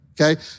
okay